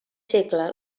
segle